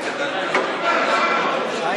אין לך 50